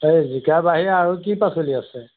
এই জিকাৰ বাহিৰে আৰু কি পাচলি আছে